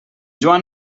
joan